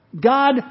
God